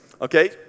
Okay